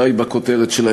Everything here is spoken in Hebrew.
די בכותרות שלהן.